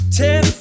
ten